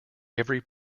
every